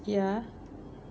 ya